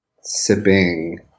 sipping